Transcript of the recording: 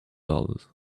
dollars